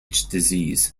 disease